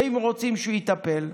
ואם רוצים שהוא יטפל,